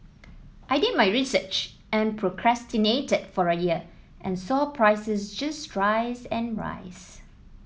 I did my research and procrastinated for a year and saw prices just rise and rise